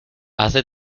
hace